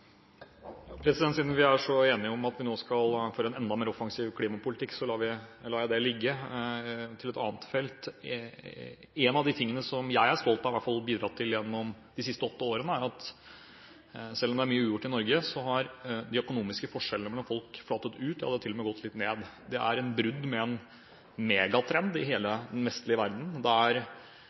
så enige om at vi nå får en enda mer offensiv klimapolitikk, lar jeg det ligge. Til et annet felt: En av de tingene jeg er stolt av å ha bidratt til de siste åtte årene, er at selv om det er mye ugjort i Norge, har de økonomiske forskjellene mellom folk flatet ut – de har til og med gått litt ned. Det er brudd med en megatrend i hele den vestlige verden.